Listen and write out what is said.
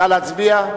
נא להצביע.